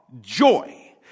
joy